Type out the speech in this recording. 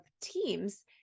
teams